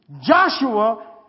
Joshua